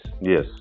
Yes